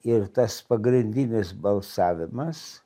ir tas pagrindinis balsavimas